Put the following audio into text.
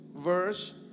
Verse